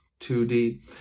2D